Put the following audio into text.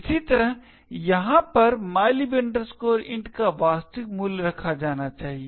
इसी तरह यहाँ पर mylib int का वास्तविक मूल्य रखा जाना चाहिए